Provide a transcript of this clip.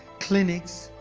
clinics,